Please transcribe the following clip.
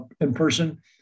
in-person